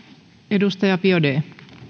edustaja biaudet